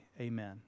Amen